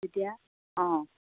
তেতিয়া অঁ